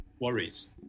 worries